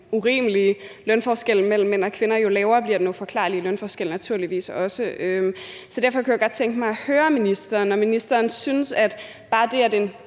urimelige lønforskel mellem mænd og kvinder, jo lavere bliver den uforklarlige lønforskel naturligvis også. Så derfor kunne jeg godt tænke mig at høre ministeren, om ministeren synes, at bare det, at en